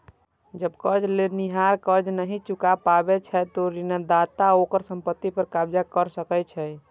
जब कर्ज लेनिहार कर्ज नहि चुका पाबै छै, ते ऋणदाता ओकर संपत्ति पर कब्जा कैर सकै छै